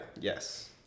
Yes